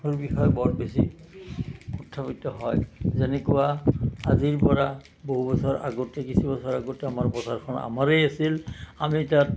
অৰ বিষয়ে বৰ বেছি কথা বাৰ্তা হয় যেনেকুৱা আজিৰ পৰা বহু বছৰ আগতে কিছু বছৰ আগতে আমাৰ বজাৰখন আমাৰেই আছিল আমি তাত